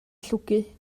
llwgu